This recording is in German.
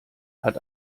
hat